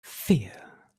fear